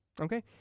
Okay